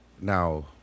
Now